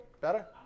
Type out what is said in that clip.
better